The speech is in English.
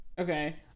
Okay